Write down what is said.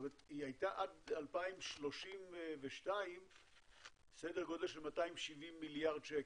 היא הייתה עד 2032 סדר גודל של 270 מיליארד שקל.